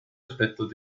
aspectos